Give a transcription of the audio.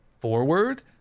forward